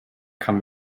kann